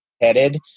headed